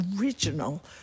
original